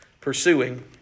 pursuing